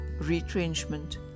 retrenchment